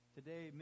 Today